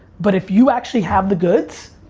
but if you actually have the goods?